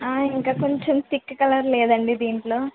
ఇంకా కొంచెం thick colour లేదా అండి దీనిలో